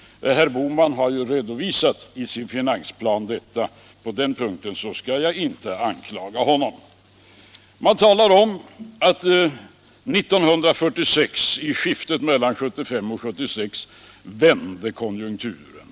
Herr Bohman har ju redovisat detta i sin finansplan, så på den punkten skall jag inte anklaga honom. Man talar om att mellan 1975 och 1976 vände konjunkturen.